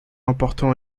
important